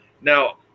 now